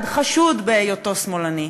חשוד בהיותו שמאלני.